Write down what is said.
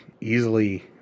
easily